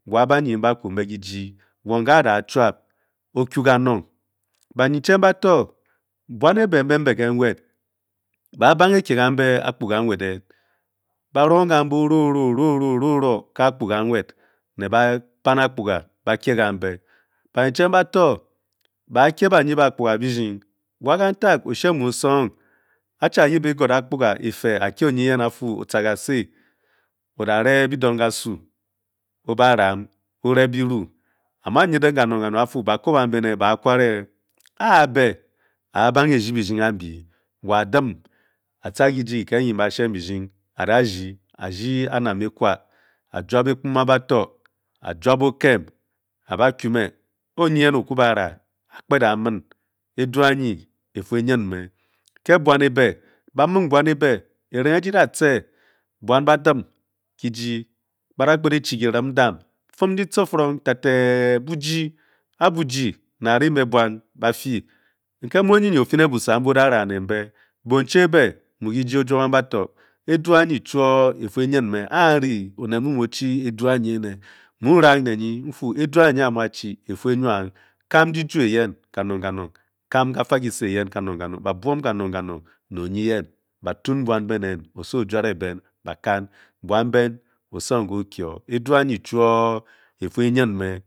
W ba ne imba ba ku kaji wor nga oria tube oku ga nor bachin ba tor buan ne be mbe mbe le nwed ba meuni ke cam be aphorga m ewed ba long ca be orong orang he be ba mey kanbe apkoga mueud oche ye be bam apkorga ba fe ora ke oye yen ofu ora re kedung ga su obaram olebelm ba ma yen ba fu a be wa de nkele nchi late buman ba dem keji na re mbe buan ba fe nkele nmu onye ofe le busa mbu ora ta le mbe boudu be mule gaje ojabong bator adu anye choir efe yen ne anhea onel ino nuo chi lezong adu aiye mmo rang le ye imru e do efa whart adu anye chuor efe yen meh